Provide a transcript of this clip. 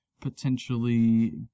potentially